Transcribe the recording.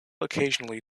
occasionally